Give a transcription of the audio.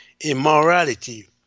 immorality